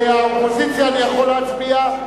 האופוזיציה, אני יכול להצביע?